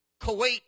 Kuwait